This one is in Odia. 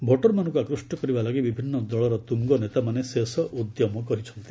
ଭୋଟରମାନଙ୍କୁ ଆକୃଷ୍ଟ କରିବା ଲାଗି ବିଭିନ୍ନ ଦଳର ଦୁଙ୍ଗ ନେତାମାନେ ଶେଷ ଉଦ୍ୟମ କରିଥିଲେ